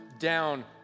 Down